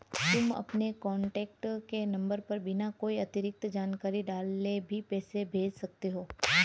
तुम अपने कॉन्टैक्ट के नंबर पर बिना कोई अतिरिक्त जानकारी डाले भी पैसे भेज सकते हो